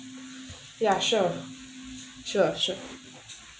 ya sure sure sure